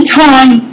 time